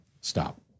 stop